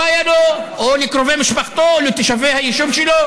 לא היה לו או לקרובי משפחתו או לתושבי היישוב שלו?